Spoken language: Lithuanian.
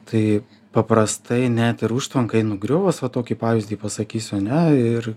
tai paprastai net ir užtvankai nugriuvus va tokį pavyzdį pasakysiu ane ir